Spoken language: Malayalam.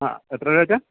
ആ എത്ര രൂപ വെച്ചാണ്